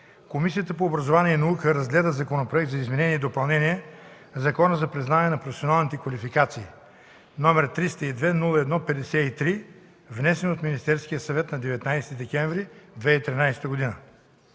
Комисията по образованието и науката разгледа Законопроект за изменение и допълнение на Закона за признаване на професионални квалификации, № 302-01-53, внесен от Министерския съвет на 19 декември 2013 г.